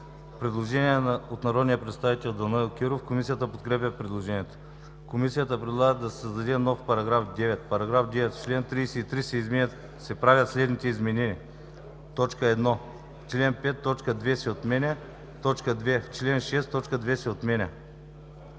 Предложение от народния представител Данаил Кирилов. Комисията подкрепя предложението. Комисията предлага да се създаде нов § 9: „§ 9. В чл. 33 се правят следните изменения: 1. В ал. 5 т. 2 се отменя. 2. В ал. 6 т. 2 се отменя.“